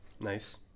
Nice